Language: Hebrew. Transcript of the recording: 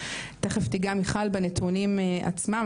תיכף תיגע מיכל בנתונים עצמם,